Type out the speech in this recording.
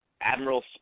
Admiral